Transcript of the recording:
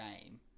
game